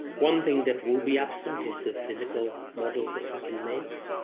one thing that will be absent is the physical models that we can make.